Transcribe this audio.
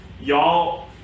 y'all